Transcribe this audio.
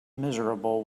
miserable